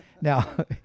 now